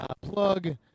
plug